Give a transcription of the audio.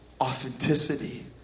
Authenticity